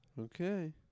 Okay